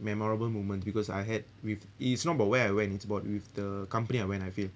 memorable moment because I had with it's not about where I went is about with the company I went I feel